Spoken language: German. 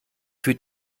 für